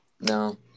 No